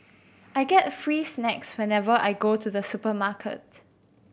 I get free snacks whenever I go to the supermarkets